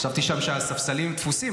חשבתי שהספסלים שם תפוסים,